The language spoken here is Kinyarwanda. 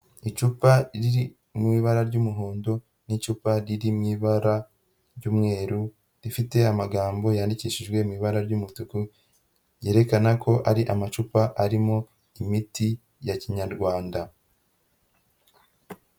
Icupa riri mu ibara ry'umuhondo n'icupa riri mu ibara ry'umweru rifite amagambo yandikishijwe mu ibara ry'umutuku ryerekana ko ari amacupa arimo imiti ya Kinyarwanda.